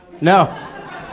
no